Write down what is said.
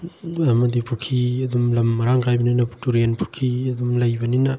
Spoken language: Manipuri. ꯑꯃꯗꯤ ꯄꯨꯈ꯭ꯔꯤ ꯑꯗꯨꯝ ꯂꯝ ꯃꯔꯥꯡ ꯀꯥꯏꯕꯅꯤꯅ ꯇꯨꯔꯦꯟ ꯄꯨꯈ꯭ꯔꯤ ꯑꯗꯨꯝ ꯂꯩꯕꯅꯤꯅ